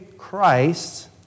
Christ